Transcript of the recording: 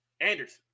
Anderson